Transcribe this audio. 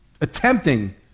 attempting